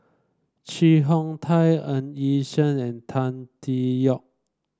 Chee Hong Tat Ng Yi Sheng and Tan Tee Yoke